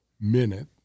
minute